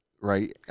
right